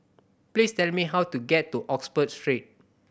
please tell me how to get to Oxford Street